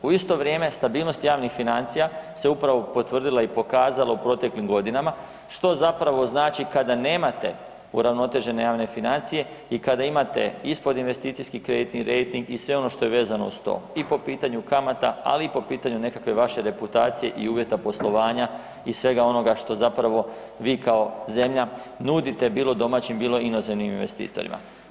U isto vrijeme stabilnost javnih financija se upravo potvrdila i pokazala u proteklim godinama, što zapravo znači kada nemate uravnotežene javne financije i kada imate ispod investicijski kreditni rejting i sve ono što je vezano uz to i po pitanju kamata, ali i po pitanju nekakve vaše reputacije i uvjeta poslovanja i svega onoga što zapravo vi kao zemlja nudite bilo domaćim bilo inozemnim investitorima.